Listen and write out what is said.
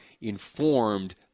informed